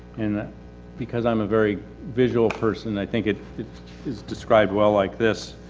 and because i'm a very visual person i think it's it's described well like this,